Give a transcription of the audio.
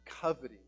coveting